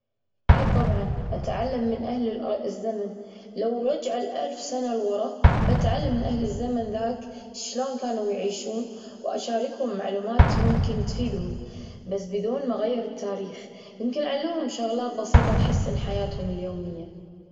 إي طبعًا أتعلم من أهل الأ- الزمن. لو رجع الألف سنة لورا بتعلم من أهل الزمن ذاك شلون كانوا يعيشون وأشاركهم معلومات ممكن تفيدهم بس بدون ما أغير التاريخ يمكن علمهم شغلات بسيطة تحسن حياتهم اليومية.